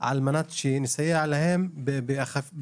על מנת שנסייע להן באכיפה